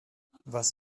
was